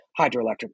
hydroelectric